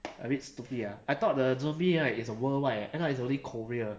a bit stupid ah I thought the zombie ah is worldwide end up is only korea